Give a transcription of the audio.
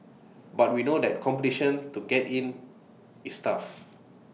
but we know that competition to get in is tough